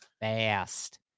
fast